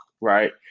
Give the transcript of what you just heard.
right